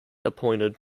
appointed